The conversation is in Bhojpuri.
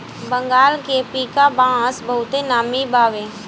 बंगाल के पीका बांस बहुते नामी बावे